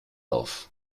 auf